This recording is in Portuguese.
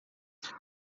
nada